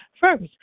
First